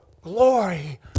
glory